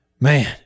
man